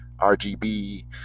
RGB